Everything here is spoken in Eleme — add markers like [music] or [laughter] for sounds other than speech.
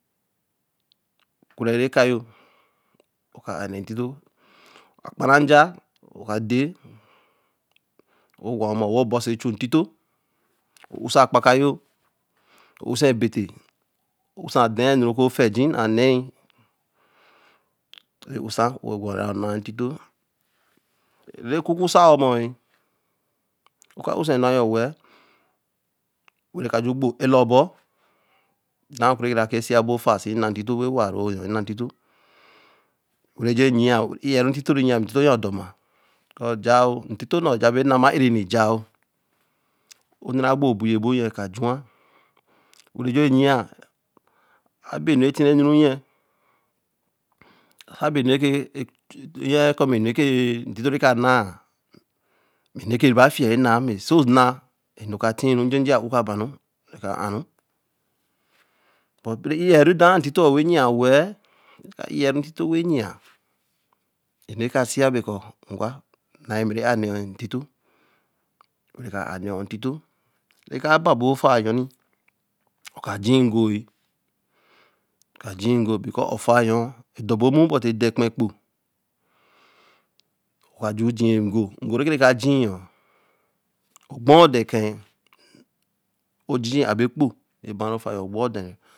Rurɛru ɛka yo, ɔka' a nɛɛ ntito, ɔka kpara nja de. Wo gwɔ̃ɔmɔ woo bɔ̃ so echu ntito, usā kpaka yo, usā ebete, usā dɛɛ nu okuofɛɛji naa nɛɛi. nɛ usā wagwaru na'o enaa ntito, Nɛɛ kukusaɔ mɔe, ɔka usā enuā yɔ̃ wɛ̃ɛ̃ were kaju gbo osa faa sina ntito be waaro si na ntito were jue enyia iɛru ntito ayɔ̃ dɔma. Kɔɔ jao ntito nnɔ jao be nama ereri jao? ɔnɛ rā gbo obui ebo nyɛ kajūa, werejue niya saa be nu rɛ̃ tinɛ nūrū nnyɛ, sabe nneke [hesitation] ntito rɛkanaa beenu ke reba fia enna mɛ sona mɛnu katii ru njenje mɛ a'u ka bāru nɛka āru- be rɛiɛɛru daa ntitoɔ ww nnyia wɛ̃ɛ̃, nɛ iiɛru ntito nnyia, nɛka si a be kɔ ngwa nāi mɛrɛ' a nɛɛ' ɔ̃ ntito were ka'a nɛɛ ɔ̃'ɔ̃ ntito, nɛkaba ebofaa anyɔni, ɔkajii ngoe, kaji ngo because) ofaa yɔ̃ɔ dɔ ebo mmu bɔti edɔ ɛkpā ekpo. Waju jii ngo, ngo, rɛ kɛra kajiiɔ̃ gɔɔ dɛkɛɛ woojii' a boekpo wɔdɛ.